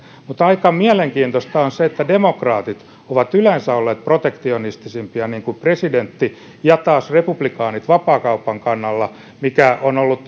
mutta aika mielenkiintoista on se että demokraatit ovat yleensä olleet protektionistisimpia niin kuin presidentti ja republikaanit taas vapaakaupan kannalla mikä on ollut